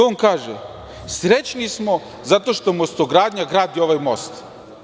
On kaže – srećni smo zato što "Mostogradnja" gradi ovaj most.